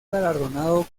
galardonado